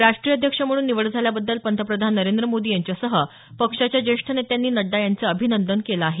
राष्ट्रीय अध्यक्ष म्हणून निवड झाल्याबद्दल पंतप्रधान नरेंद्र मोदी यांच्यासह पक्षाच्या ज्येष्ठ नेत्यांनी नड्डा यांचं अभिनंदन केलं आहे